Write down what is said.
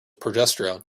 progesterone